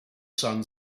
son